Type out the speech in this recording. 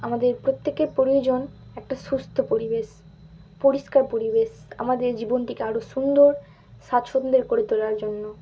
আমাদের প্রত্যেকের প্রয়োজন একটা সুস্থ পরিবেশ পরিষ্কার পরিবেশ আমাদের জীবনটিকে আরও সুন্দর স্বাচ্ছন্দ্য করে তোলার জন্য